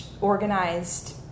organized